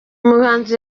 muhanzi